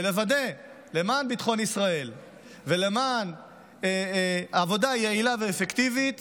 ולמען ביטחון ישראל ולמען עבודה יעילה ואפקטיבית